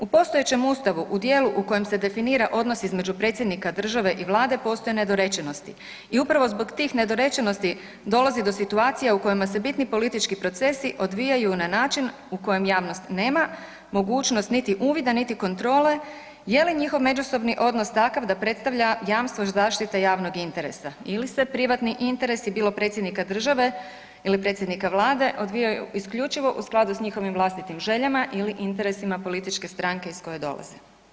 U postojećem Ustavu u dijelu u kojem se definira odnos između predsjednika države i Vlade postoje nedorečenosti i upravo zbog tih nedorečenosti dolazi do situacija u kojima se bitni politički procesi odvijaju na način u kojem javnost nema mogućnost niti uvida, niti kontrole je li njihov međusobni odnos takav da predstavlja jamstvo zaštite javnog interesa ili se privatni interesi bilo predsjednika države ili predsjednika Vlade odvijaju isključivo u skladu s njihovim vlastitim željama ili interesima političke stranke iz koje dolaze.